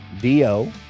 D-O